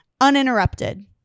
uninterrupted